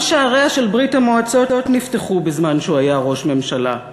גם שעריה של ברית-המועצות נפתחו בזמן שהוא היה ראש ממשלה.